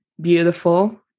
beautiful